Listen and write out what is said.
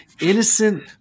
innocent